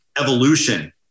evolution